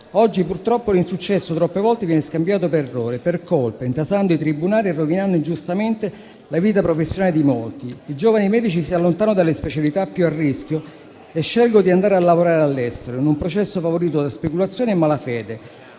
Oggi, purtroppo, l'insuccesso troppe volte viene scambiato per errore e colpa, intasando i tribunali e rovinando ingiustamente la vita professionale di molti. I giovani medici si allontanano dalle specialità più a rischio e scelgono di andare a lavorare all'estero, in un processo favorito da speculazione e malafede,